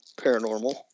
paranormal